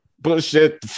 bullshit